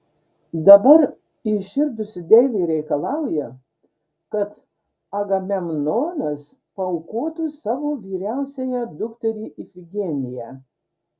dabar įširdusi deivė reikalauja kad agamemnonas paaukotų savo vyriausiąją dukterį ifigeniją